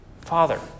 Father